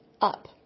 up